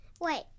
Wait